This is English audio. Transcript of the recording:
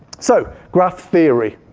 so, graph theory.